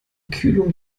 kühlung